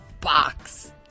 box